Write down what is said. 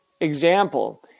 example